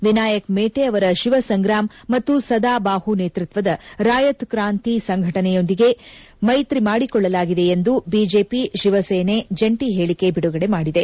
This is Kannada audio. ವಿನಾಯಕ್ ಮೇಟೆ ಅವರ ಶಿವ ಸಂಗ್ರಾಮ್ ಮತ್ತು ಸದಾಬಾಹು ನೇತೃತ್ವದ ರಾಯತ್ ಕಾಂತಿ ಸಂಘಟನೆಯೊಂದಿಗೆ ಮೈತ್ರಿ ಮಾಡಿಕೊಳ್ಳಲಾಗಿದೆ ಎಂದು ಬಿಜೆಪಿ ಶಿವಸೇನೆ ಜಂಟಿ ಹೇಳಿಕೆ ಬಿಡುಗಡೆ ಮಾಡಿದೆ